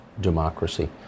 democracy